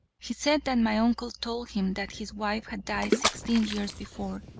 he said that my uncle told him that his wife had died sixteen years before,